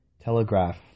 telegraph